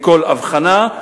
הבחנה,